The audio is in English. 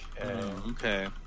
Okay